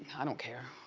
i don't care.